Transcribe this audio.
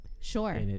Sure